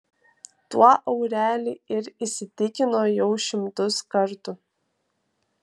tuo aureli ir įsitikino jau šimtus kartų